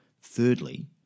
Thirdly